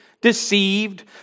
deceived